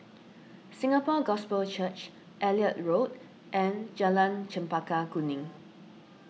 Singapore Gospel Church Elliot Road and Jalan Chempaka Kuning